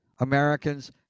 Americans